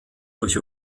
durch